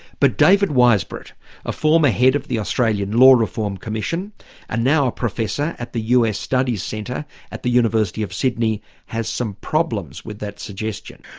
but david weisbrot a former head of the australian law reform commission and now a professor at the us studies centre at the university of sydney has some problems with that suggestion.